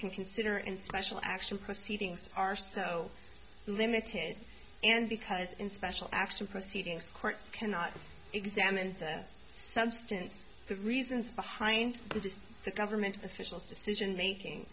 can consider in special action proceedings are so limited and because in special action proceedings courts cannot examine the substance the reasons behind just the government officials decision making